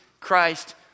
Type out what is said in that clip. Christ